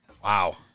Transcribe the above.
Wow